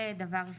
זה דבר אחד.